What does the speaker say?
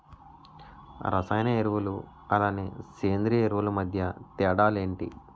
రసాయన ఎరువులు అలానే సేంద్రీయ ఎరువులు మధ్య తేడాలు ఏంటి?